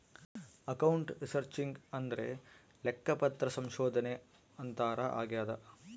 account researching ಅಂದ್ರೆ ಲೆಕ್ಕಪತ್ರ ಸಂಶೋಧನೆ ಅಂತಾರ ಆಗ್ಯದ